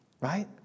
right